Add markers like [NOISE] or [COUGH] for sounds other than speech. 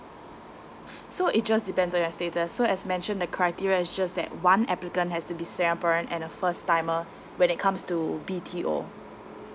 [BREATH] so it just depends on your status so as mentioned the criteria is just that one applicant has to be singaporean and a first timer when it comes to B_T_O